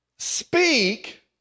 Speak